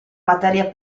materia